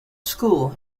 school